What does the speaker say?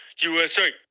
USA